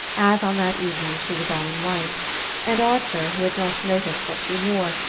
as on that evening, she was all in white and archer, who had not noticed what she wore,